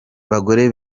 bagore